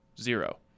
Zero